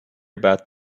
about